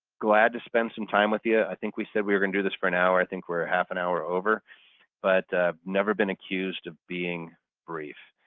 glad to spend some time with you. i think we said we were going to do this for an hour, i think we're half an hour over but i've never been accused of being brief.